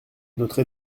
notre